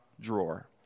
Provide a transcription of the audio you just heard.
drawer